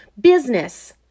business